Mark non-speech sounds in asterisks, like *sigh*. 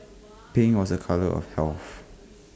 *noise* pink was A colour of health